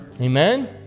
Amen